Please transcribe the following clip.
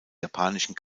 japanischen